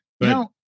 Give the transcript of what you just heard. No